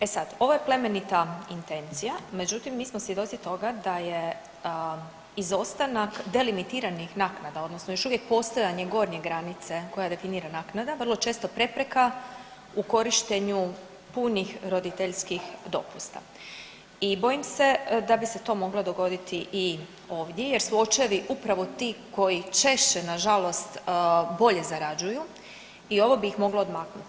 E sad, ovo je plemenita intencija, međutim mi smo svjedoci toga da je izostanak delimitiranih naknada odnosno još uvijek postojanje gornje granice koja definira naknade vrlo često prepreka u korištenju punih roditeljskih dopusta i bojim se da bi se to moglo dogoditi i ovdje jer su očevi upravo ti koji češće nažalost bolje zarađuju i ovo bi ih moglo odmaknuti.